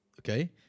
okay